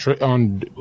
on